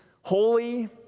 holy